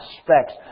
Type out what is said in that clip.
aspects